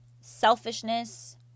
selfishness